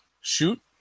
shoot